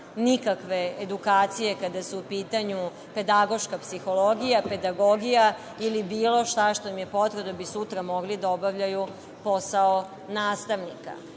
nikakve edukacije kada su u pitanju pedagoška psihologija, pedagogija ili bilo šta što im je potrebno da bi sutra mogli da obavljaju posao nastavnika. Naravno